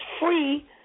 free